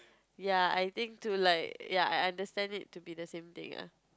ya I think to like ya I understand it to be the same thing ah